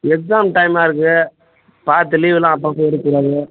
exam டைமாக இருக்குது பார்த்து லீவுலாம் அப்பப்போ எடுக்கக்கூடாது